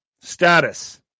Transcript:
status